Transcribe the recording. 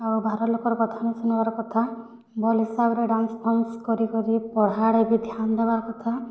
ଆଉ ବାହାର ଲୋକର୍ କଥା ନେହିଁ ଶୁଣିବାର୍ କଥା ଭଲ୍ ହିସାବ୍ ରେ ଡ଼ାନ୍ସ୍ ଫ୍ୟାନ୍ସ୍ କରିକରି ପଢ଼ାରେ ବି ଧ୍ୟାନ୍ ଦେବାର୍ କଥା